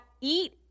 eat